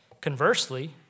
Conversely